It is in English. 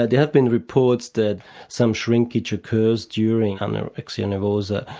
ah yeah have been reports that some shrinkage occurs during anorexia nervosa,